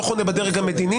זה לא חונה בדרג המדיני,